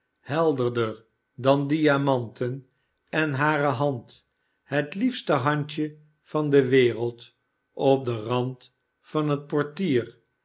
helderder dan diamanten en hare hand het liefste handje van de wereld op den rand van het portier